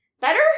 better